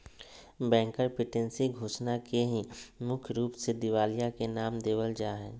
bankruptcy घोषणा के ही मुख्य रूप से दिवालिया के नाम देवल जा हय